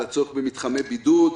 על הצורך במתחמי בידוד,